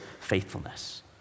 faithfulness